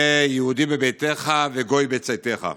היה יהודי בביתך וגוי בצאתך.